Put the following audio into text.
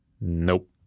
Nope